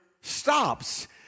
stops